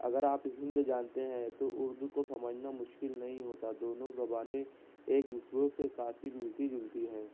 اگر آپ ہند جانتے ہیں تو اردو کو سمجھنا مشکل نہیں ہوتا دونوں زبانیں ایک دوسروں سے کافی ملتی جلتی ہیں